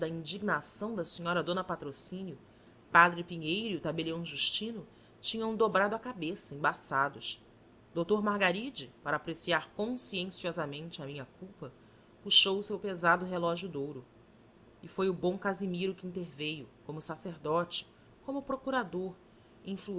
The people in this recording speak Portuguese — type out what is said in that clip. indignação da senhora d patrocínio padre pinheiro e o tabelião justiço tinham dobrado a cabeça embaçados o doutor margaride para apreciar conscienciosamente a minha culpa puxou o seu pesado relógio de ouro e foi o bom casimiro que interveio como sacerdote como procurador